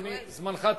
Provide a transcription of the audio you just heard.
אדוני, זמנך תם.